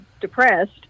depressed